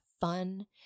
fun